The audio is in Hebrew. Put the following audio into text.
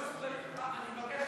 הלאומי